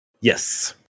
Yes